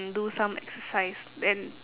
and do some exercise then